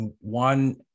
one